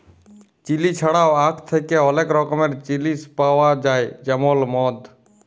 chilli ছাড়াও আখ থ্যাকে অলেক রকমের জিলিস পাউয়া যায় যেমল মদ